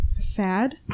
Fad